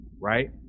right